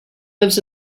lives